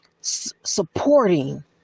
supporting